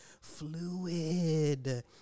fluid